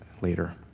later